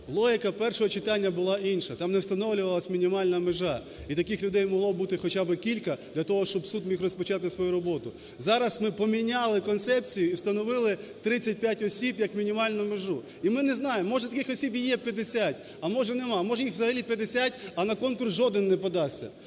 Логіка першого читання була інша, там не встановлювалась мінімальна межа, і таких людей могло би бути хоча би кілька для того, щоб суд міг розпочати свою роботу. Зараз ми поміняли концепцію і встановили 35 осіб як мінімальну межу. І ми не знаємо, може таких осіб і є 50, а може немає, може їх взагалі 50, а на конкурс жоден не подасться.